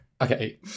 Okay